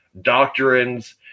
doctrines